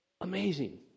Amazing